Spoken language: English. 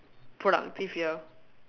productive year